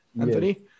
Anthony